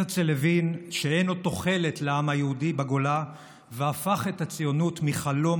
הרצל הבין שאין עוד תוחלת לעם היהודי בגולה והפך את הציונות מחלום